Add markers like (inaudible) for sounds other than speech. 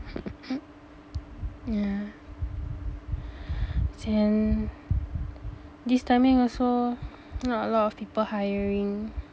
(laughs) yeah then this timing also not a lot of people hiring